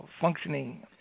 functioning